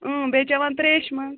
بیٚیہِ چیٚوان ترٛیشہِ منٛز